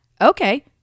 Okay